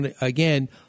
again